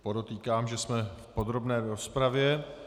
Podotýkám, že jsme v podrobné rozpravě.